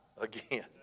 again